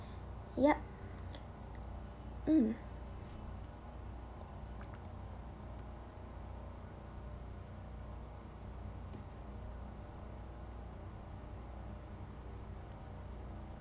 yup um